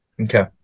Okay